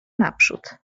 naprzód